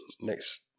Next